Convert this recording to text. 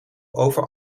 over